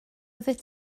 oeddet